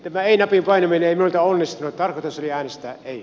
eväitä viivain ve leinonen onnistui tarkoitus oli äänestää ei